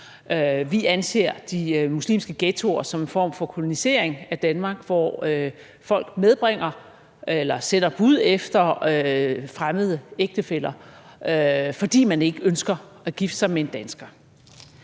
Vi anser de muslimske ghettoer som en form for kolonisering af Danmark, hvor folk medbringer eller sender bud efter fremmede ægtefæller, fordi man ikke ønsker at gifte sig med en dansker.